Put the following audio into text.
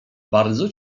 bardzo